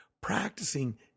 practicing